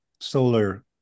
solar